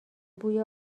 بوی